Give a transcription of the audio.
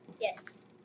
Yes